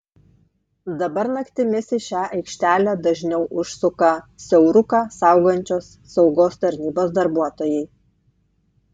dabar naktimis į šią aikštelę dažniau užsuka siauruką saugančios saugos tarnybos darbuotojai